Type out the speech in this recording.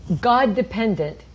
God-dependent